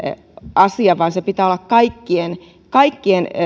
asia vaan sen pitää olla kaikkien kaikkien